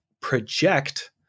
project